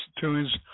tunes